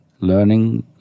learning